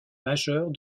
majeure